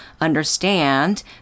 understand